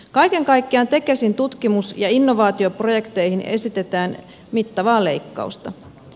kaiken kaikkiaan tekesin tutkimus ja innovaatioprojekteihin esitetään mittavaa leikkausta